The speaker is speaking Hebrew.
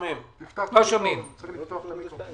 המקרה